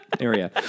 area